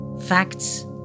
facts